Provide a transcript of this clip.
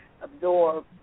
absorb